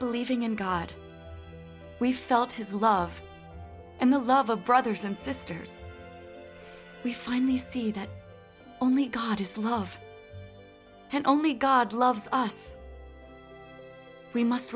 believing in god we felt his love and the love of brothers and sisters we finally see that only god is love and only god loves us we must